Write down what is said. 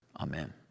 Amen